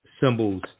symbols